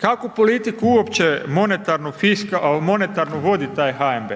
Kakvu politiku uopće monetarnu vodi taj HNB?